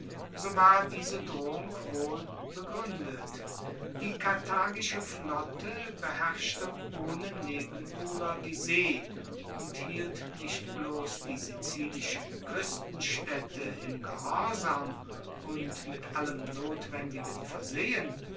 so war diese drohung wohl begruendet die karthagische flotte beherrschte ohne nebenbuhler die see und hielt nicht bloss die sizilischen kuestenstaedte im gehorsam und mit allem notwendigen versehen